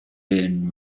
been